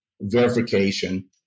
verification